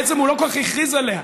בעצם הוא לא כל כך הכריז עליה,